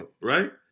Right